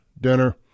dinner